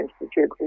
Institute